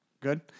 Good